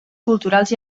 culturals